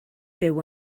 byw